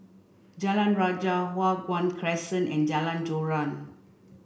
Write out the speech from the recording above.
Jalan Rajah Hua Guan Crescent and Jalan Joran